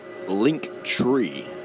Linktree